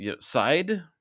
side